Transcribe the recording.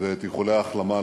ואת איחולי ההחלמה לפצועים.